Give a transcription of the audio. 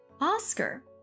Oscar